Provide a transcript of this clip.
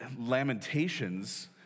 Lamentations